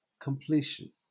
completion